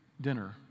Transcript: dinner